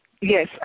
Yes